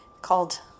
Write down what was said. called